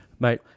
Mate